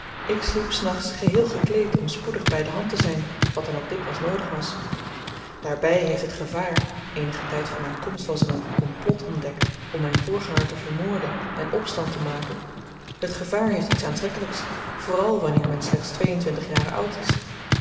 ik sliep s nachts geheel gekleed om spoedig by dehand te zyn wat dan ook dikwyls noodig was daarby heeft het gevaar eenigen tyd voor myn komst was er een komplot ontdekt om myn voorganger te vermoorden en opstand te maken het gevaar heeft iets aantrekkelyks vooral wanneer men slechts twee-en-twintig jaren oud is